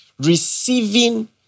Receiving